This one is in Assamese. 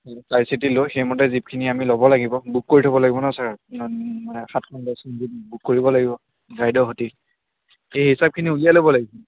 চাই চিতি লৈ সেইমতে জীপখিনি আমি ল'ব লাগিব বুক কৰি থব লাগিব ন ছাৰ মানে সাতখন বুক কৰিব লাগিব গাইডৰ স'তি সেই হিচাপখিনি উলিয়াই ল'ব লাগিছিল